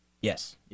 Yes